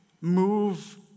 move